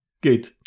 good